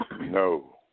No